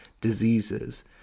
Diseases